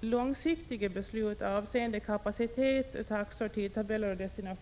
långsiktiga beslut avseende kapacitet, taxor, tidtabeller och distanser.